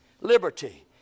liberty